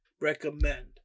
recommend